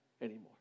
anymore